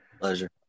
Pleasure